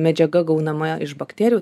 medžiaga gaunama iš bakterių